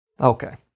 Okay